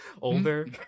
older